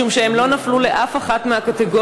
משום שהם לא נפלו אף לא לאחת מהקטגוריות